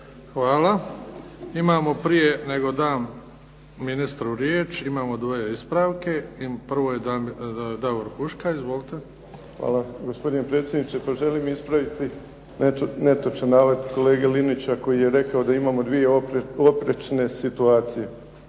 Hvala. Imamo prije nego dam ministru riječ, imamo dva ispravka. Prvo je Davor Huška. Izvolite. **Huška, Davor (HDZ)** Hvala. Gospodine predsjedniče, pa želim ispraviti netočan navod kolege Linića koji je rekao da imamo dvije oprečne situacije.